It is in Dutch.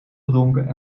gedronken